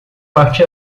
parte